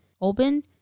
open